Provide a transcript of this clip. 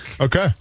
Okay